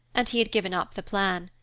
and he had given up the plan.